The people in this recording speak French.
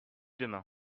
demain